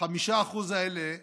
5% האלה שירדו,